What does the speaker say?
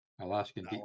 Alaskan